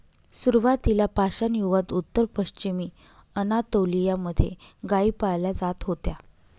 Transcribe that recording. सुरुवातीला पाषाणयुगात उत्तर पश्चिमी अनातोलिया मध्ये गाई पाळल्या जात होत्या